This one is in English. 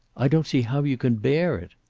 i don't see how you can bear it.